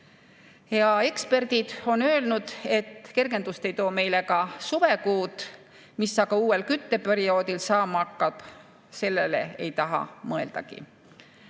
Ja eksperdid on öelnud, et kergendust ei too meile ka suvekuud. Mis aga uuel kütteperioodil saama hakkab, sellele ei taha mõeldagi.